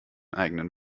eigenen